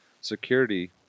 security